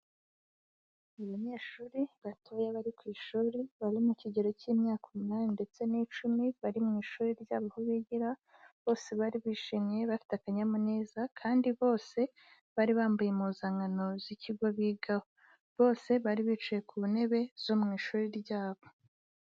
Abanyeshuri batoya bari ku ishuri bari mu kigero cy'imyaka umunani ndetse n'icumi bari mu ishuri ryabo aho bigira, bose bari bishimye bafite akanyamuneza, kandi bose bari bambaye impuzankano z'ikigo bigaho, bose bari bicaye ku ntebe zo mu ishuri ryabo.